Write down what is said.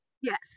Yes